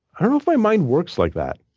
i don't know if my mind works like that.